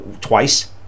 Twice